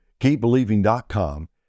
keepbelieving.com